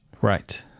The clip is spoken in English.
Right